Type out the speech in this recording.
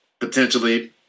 Potentially